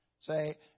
Say